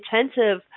intensive